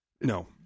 No